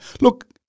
Look